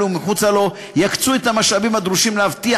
ומחוצה לו יקצו את המשאבים הדרושים להבטיח,